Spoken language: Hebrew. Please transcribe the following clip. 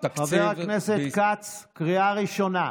העברנו תקציב, חבר הכנסת כץ, קריאה ראשונה.